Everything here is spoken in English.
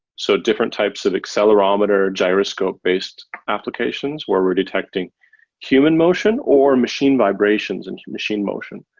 so different types of accelerometer, gyroscope based applications where we're detecting human motion or machine vibrations and machine motion.